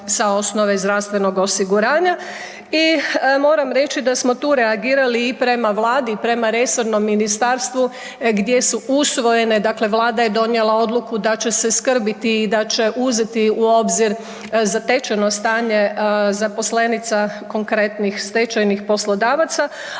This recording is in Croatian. sa osnove zdravstvenog osiguranja i moram reći da smo tu reagirali i prema Vladi i prema resornom ministarstvu gdje su usvojene, dakle Vlada je donijela odluku da će se skrbiti i da će uzeti u obzir zatečeno stanje zaposlenica konkretnih stečajnih poslodavaca,